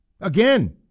Again